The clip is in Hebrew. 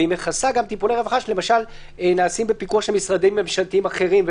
והיא מכסה גם טיפולי רווחה שנעשים בפיקוח של משרדים ממשלתיים אחרים,